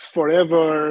Forever